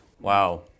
Wow